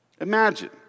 Imagine